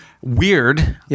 Weird